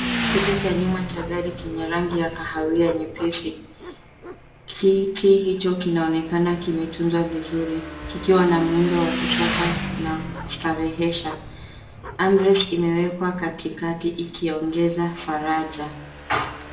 Kiti cha nyuma cha gari chenye rangi ya kahawia nyepesi. Kiti hicho kinaonekana kimetunzwa vizuri kikiwa na muundo wa kisasa na kustarehesha. Armless imewekwa katikati ikiongeza faraja.